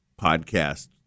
podcast